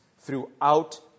throughout